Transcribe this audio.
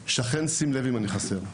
שכן, שים לב אם אני חסר.